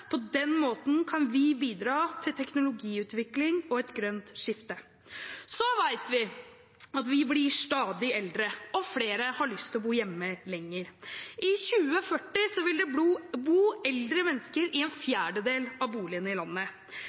På den måten kan vi bidra til teknologiutvikling og et grønt skifte. Så vet vi at vi blir stadig eldre, og flere har lyst til å bo hjemme lenger. I 2040 vil det bo eldre mennesker i en fjerdedel av boligene i landet.